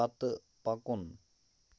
پتہٕ پکُن